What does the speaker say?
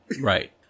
Right